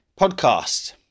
podcast